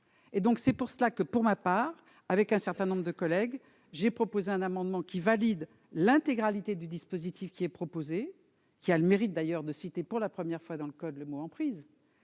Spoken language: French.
et donc c'est pour cela que pour ma part avec un certain nombre de collègues, j'ai proposé un amendement qui valide l'intégralité du dispositif qui est proposé, qui a le mérite d'ailleurs de citer, pour la première fois dans le code, le mot emprise